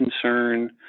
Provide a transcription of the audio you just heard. concern